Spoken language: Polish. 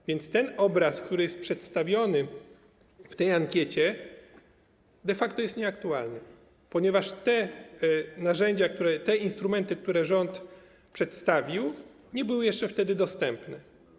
A więc ten obraz, który jest przedstawiony w tej ankiecie, de facto jest nieaktualny, ponieważ te narzędzia, te instrumenty, które rząd przedstawił, nie były jeszcze wtedy dostępne.